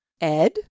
Ed